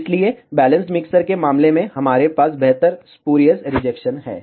इसलिए balanced mixer के मामले में हमारे पास बेहतर स्पूरियस रिजेक्शन है